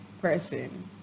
person